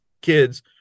kids